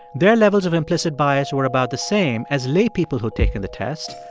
their levels of implicit bias were about the same as laypeople who've taken the test,